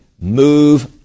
Move